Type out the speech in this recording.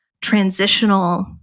transitional